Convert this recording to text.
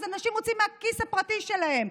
אז אנשים מוציאים מהכיס הפרטי שלהם,